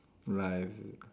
life